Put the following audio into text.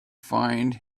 find